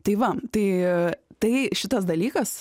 tai va tai tai šitas dalykas